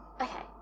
Okay